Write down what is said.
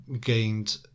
gained